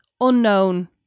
unknown